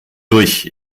durch